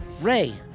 Ray